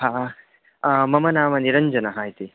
हा मम नाम निरञ्जनः इति